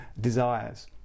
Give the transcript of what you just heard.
desires